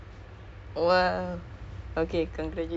I managed to do that ya I managed to